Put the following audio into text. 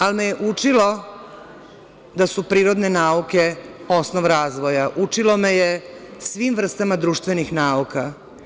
Ali me je učilo da su prirodne nauke osnov razvoja, učilo me svim vrstama društvenih nauka.